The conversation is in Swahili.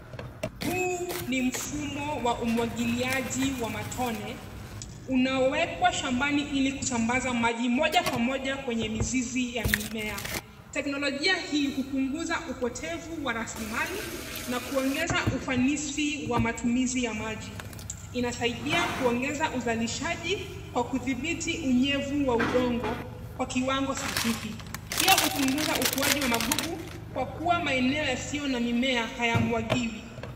Huu ni mfumo wa umwagiliaji wa matone, unaowekwa shambani ili kusambaza maji moja kwa moja kwa mizizi ya mimea. Teknolojia hii hupunguza upotevu wa rasilimali na kuongeza ufanisi wa matumizi ya maji. Inasaidia kuongeza uzalishaji kwa kudhibiti unyevu wa udongo kwa kiwango sahihi. Pia hupunguza ukuaji wa magugu, kwa kuwa maeneo yasiyo na mimea haya mwagiwi.